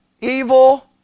evil